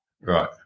Right